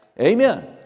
Amen